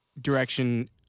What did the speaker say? direction